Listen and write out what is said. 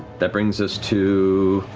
that brings us to